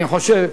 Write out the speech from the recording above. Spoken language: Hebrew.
אני חושב: